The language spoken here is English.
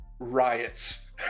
riots